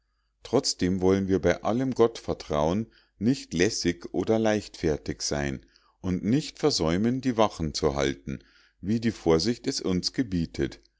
trotzdem wollen wir bei allem gottvertrauen nicht lässig und leichtfertig sein und nicht versäumen die wachen zu halten wie die vorsicht es uns gebietet